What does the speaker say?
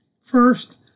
First